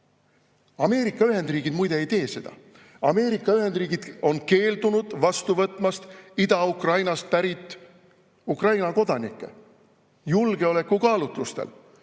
Ameerika Ühendriigid muide ei tee seda. Ameerika Ühendriigid on keeldunud vastu võtmast Ida‑Ukrainast pärit Ukraina kodanikke julgeolekukaalutlustel.